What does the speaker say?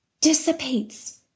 dissipates